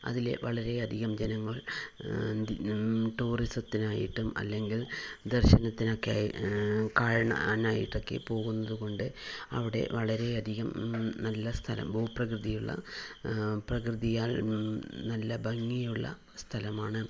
അതിലെ വളരെയധികം ജനങ്ങൾ ടൂറിസത്തിനായിട്ടും അല്ലെങ്കിൽ ദർശനത്തിനൊക്കെയായി കാണാൻ ആയിട്ടൊക്കെ പോകുന്നത് കൊണ്ട് അവിടെ വളരെയധികം നല്ല സ്ഥലവും ഭൂപ്രകൃതിയുള്ള പ്രകൃതിയാൽ നല്ല ഭംഗിയുള്ള സ്ഥലമാണ്